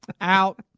Out